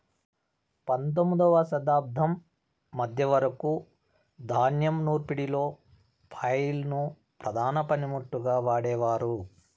పందొమ్మిదవ శతాబ్దం మధ్య వరకు ధాన్యం నూర్పిడిలో ఫ్లైల్ ను ప్రధాన పనిముట్టుగా వాడేవారు